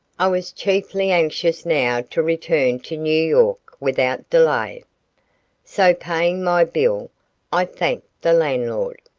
i was chiefly anxious now to return to new york without delay so paying my bill i thanked the landlord,